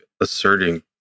asserting